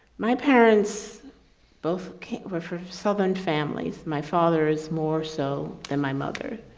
my parents both came over from southern families. my father is more so than my mother.